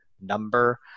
number